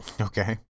Okay